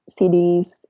CDs